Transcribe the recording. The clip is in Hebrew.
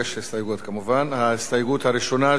ההסתייגות הראשונה היא של שר האנרגיה